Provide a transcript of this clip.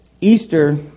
Easter